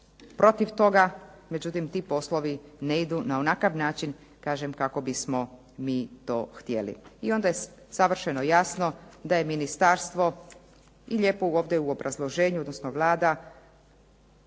protiv toga, međutim ti poslovi ne idu na onakav način kažem kako bismo mi to htjeli. I onda je savršeno jasno da je i ministarstvo i lijepo ovdje u obrazloženju, odnosno Vlada